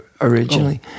originally